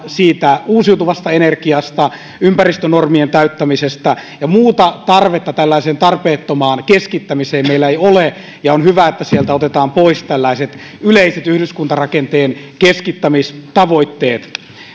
uusiutuvasta energiasta ja ympäristönormien täyttämisestä ja muuta tarvetta tällaiseen tarpeettomaan keskittämiseen meillä ei ole on hyvä että sieltä otetaan pois tällaiset yleiset yhdyskuntarakenteen keskittämistavoitteet